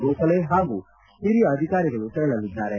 ಗೋಖಲೆ ಹಾಗೂ ಹಿರಿಯ ಅಧಿಕಾರಿಗಳೂ ತೆರಳಲಿದ್ದಾರೆ